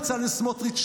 בצלאל סמוטריץ',